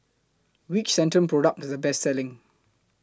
Which Centrum Product IS The Best Selling